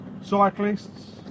cyclists